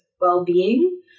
well-being